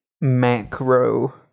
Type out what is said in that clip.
macro